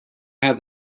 had